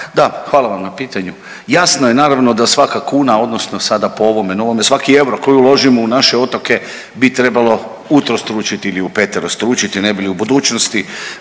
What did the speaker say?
Da, hvala vam na pitanju. Jasno je naravno da svaka kuna odnosno sada po ovome novome svaki euro koji uložimo u naše otoke bi trebalo utrostručiti ili upeterostručiti ne bi li u budućnosti